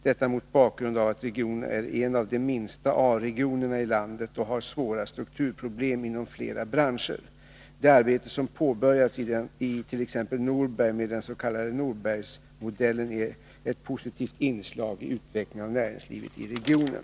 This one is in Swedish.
Detta får ses mot bakgrund av att regionen är en av de minsta A-regionerna i landet och att den har svåra strukturproblem inom flera branscher. Det arbete som påbörjats i t.ex. Norberg med den s.k. Norbergsmodellen är ett positivt inslag i utvecklingen av näringslivet i regionen.